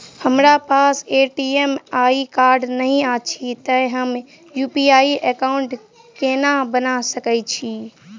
हमरा पास ATM card नहि अछि तए हम यु.पी.आई एकॉउन्ट कोना बना सकैत छी